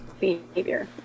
behavior